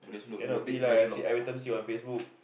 cannot be lah I see every time see on Facebook